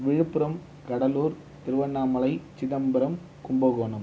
Villupuram Cuddalore Tiruvannamalai Chidambaram Kumbakonam